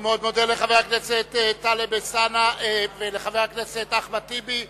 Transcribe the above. אני מאוד מודה לחבר הכנסת אחמד טיבי.